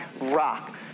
rock